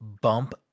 bump